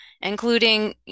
including